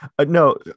No